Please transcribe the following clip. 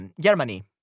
Germany